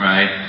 Right